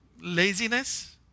Laziness